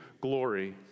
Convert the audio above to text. glory